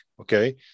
Okay